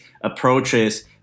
approaches